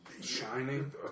Shining